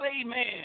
amen